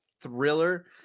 thriller